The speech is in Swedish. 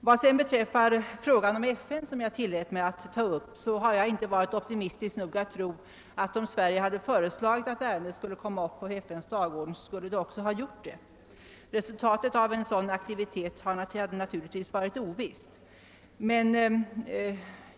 Vad beträffar FN har jag inte varit optimistisk nog att tro att ärendet skulle föras upp på FN:s dagordning om Sverige föreslagit det. Resultatet av en sådan aktivitet skulle naturligtvis ha varit ovisst.